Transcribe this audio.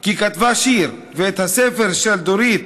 כי כתבה שיר, ואת הספר של דורית